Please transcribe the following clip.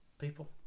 people